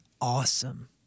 awesome